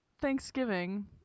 Thanksgiving